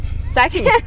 Second